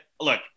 look